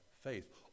faith